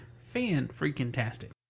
Fan-freaking-tastic